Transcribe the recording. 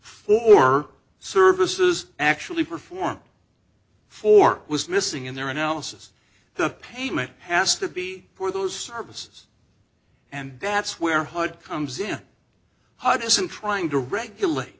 for services actually perform for was missing in their analysis the pavement has to be for those services and that's where hud comes in hud isn't trying to regulate